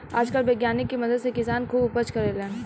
आजकल वैज्ञानिक के मदद से किसान खुब उपज करेले